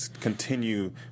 continue